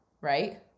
right